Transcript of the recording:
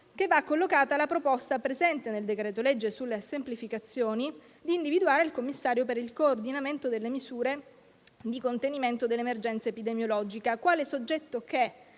che va collocata la proposta presente nel decreto-legge sulle semplificazioni di individuare il commissario per il coordinamento delle misure di contenimento dell'emergenza epidemiologica quale soggetto che,